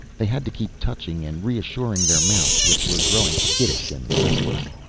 they had to keep touching and reassuring their mounts which were growing skittish and restless.